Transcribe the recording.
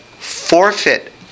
forfeit